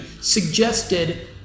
suggested